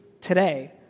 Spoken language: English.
today